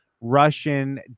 russian